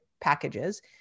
packages